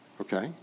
Okay